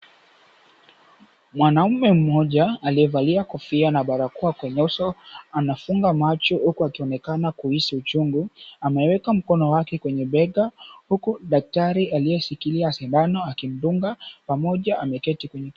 Mwanaume mmoja aliyevalia kofia na barakoa kwenye uso, anafunga macho huku akionekana kuisi uchungu . Ameweka mkono wake kwenye bega, huku daktari aliyeshikilia sindano akimdunga, pamoja ameketi kwenye kiti.